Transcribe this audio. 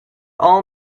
all